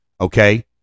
Okay